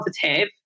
positive